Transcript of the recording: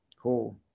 Cool